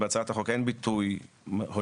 בהצעת החוק אין ביטוי --- להפך,